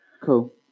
cool